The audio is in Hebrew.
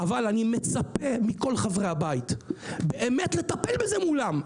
אני מצפה מכל חברי הבית, באמת לטפל בזה מולם.